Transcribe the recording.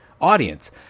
audience